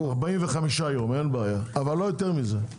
45 יום אבל לא יותר מזה.